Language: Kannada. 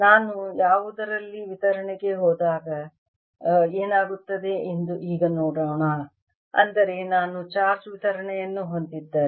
ನಾನು ಯಾವುದರಲ್ಲಿ ವಿತರಣೆಗೆ ಹೋದಾಗ ಏನಾಗುತ್ತದೆ ಎಂದು ಈಗ ನೋಡೋಣ ಅಂದರೆ ನಾನು ಚಾರ್ಜ್ ವಿತರಣೆಯನ್ನು ಹೊಂದಿದ್ದರೆ